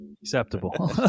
Acceptable